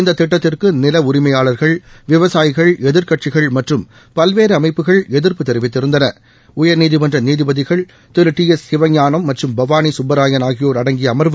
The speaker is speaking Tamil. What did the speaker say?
இந்த திட்டத்துக்கு நில உரிமையாளர்கள் விவசாயிகள் எதிர்க்கட்சிகள் மற்றும் பல்வேறு அமைப்புகள் எதிர்ப்பு தெரிவித்திருந்தனஉயர்நீதிமன்ற நீதிபதிகள் திரு டி எஸ் சிவஞானம் மற்றும் பவானி சுப்பராயன் ஆகியோர் அடங்கிய அமர்வு